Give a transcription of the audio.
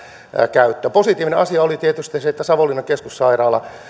käyttöä positiivinen asia oli tietysti se että savonlinnan keskussairaala